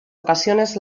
ocasiones